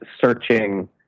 searching